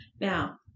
Now